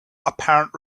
apparent